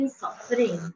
suffering